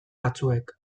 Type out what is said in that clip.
batzuek